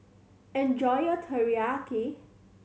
enjoy your Teriyaki